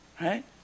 right